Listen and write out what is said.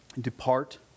depart